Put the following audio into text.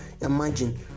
imagine